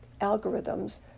algorithms